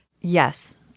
Yes